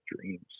dreams